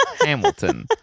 Hamilton